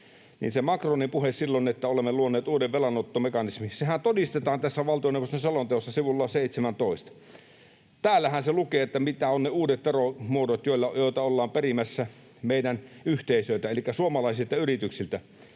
se Macronin puhe silloin, että olemme luoneet uuden velanottomekanismin, sehän todistetaan tässä valtioneuvoston selonteossa sivulla 17. Täällähän se lukee, mitkä ovat ne uudet veromuodot, joita ollaan perimässä meidän yhteisöiltä elikkä suomalaisilta yrityksiltä.